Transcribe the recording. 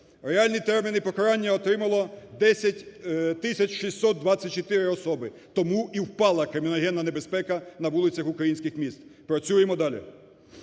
Реальні терміни покарання отримало 10 тисяч 624 особи, тому і впала криміногенна небезпека на вулицях українських міст. Працюємо далі.